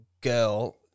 girl